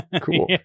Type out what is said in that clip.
Cool